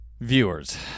viewers